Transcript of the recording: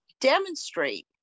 demonstrate